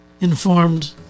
informed